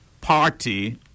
party